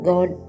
God